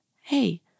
Hey